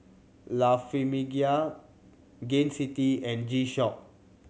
La Famiglia Gain City and G Shock